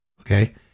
Okay